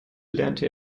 lernte